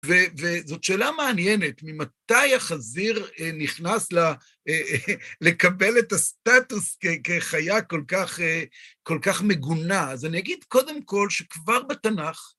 וזאת שאלה מעניינת, ממתי החזיר נכנס לקבל את הסטטוס כחיה כל כך מגונה? אז אני אגיד קודם כל שכבר בתנ״ך...